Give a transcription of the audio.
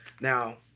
Now